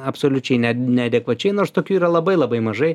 absoliučiai ne neadekvačiai nors tokių yra labai labai mažai